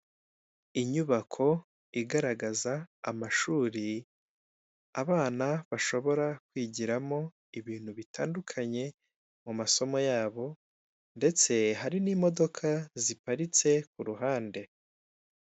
Inyubako igaragaza amashuri, abana bashobora kwigiramo ibintu bitandukanye mu masomo yabo. Ndetse hari n'imodoka ziparitse ku ruhande.